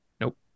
nope